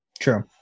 True